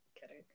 Kidding